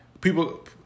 People